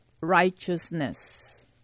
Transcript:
righteousness